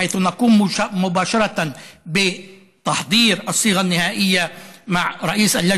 ואנו ממשיכים לפתוח מרכזים כאלה בשיתוף פעולה עם הרשויות